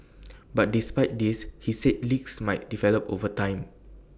but despite this he said leaks might develop over time